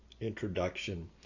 introduction